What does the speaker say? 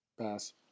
pass